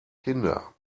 kinder